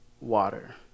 water